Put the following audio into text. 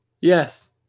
yes